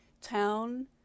town